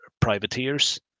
privateers